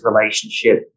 relationship